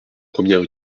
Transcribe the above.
première